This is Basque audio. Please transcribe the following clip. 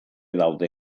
daude